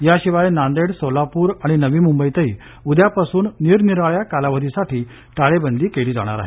याशिवाय नांदेड सोलापूर आणि नवी मुंबईतही उद्यापासून निरनिराळ्या कालावधीसाठी टाळेबंदी केली जाणार आहे